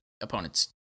opponent's